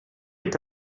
est